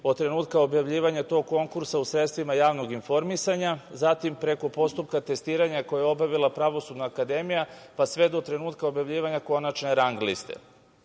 od trenutka objavljivanja tog konkursa u sredstvima javnog informisanja, zatim preko postupka testiranja koja je obavili Pravosudna akademija, pa sve do trenutka objavljivanja konačne rang liste. Pre